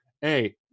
Hey